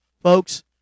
Folks